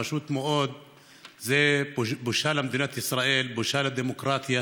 פשוט מאוד זה בושה למדינת ישראל, בושה לדמוקרטיה